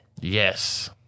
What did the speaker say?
Yes